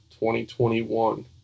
2021